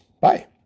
Bye